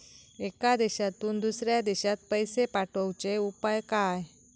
एका देशातून दुसऱ्या देशात पैसे पाठवचे उपाय काय?